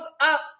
up